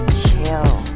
chill